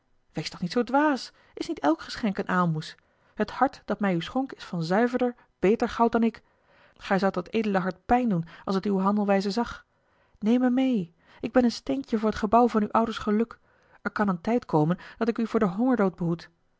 wees toch niet zoo dwaas is niet elk geschenk eene aalmoes het hart dat mij u schonk is van zuiverder beter goud dan ik gij zoudt dat edele hart pijn doen als het uwe handelwijze zag neem me mee ik ben een steentje voor het gebouw van uw ouders geluk er kan een tijd komen dat ik u voor den hongerdood